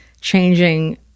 changing